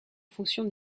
fonction